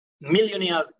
millionaires